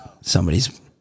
somebody's